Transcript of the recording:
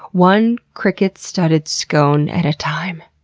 one cricket-studded scone at a time.